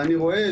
ואני רואה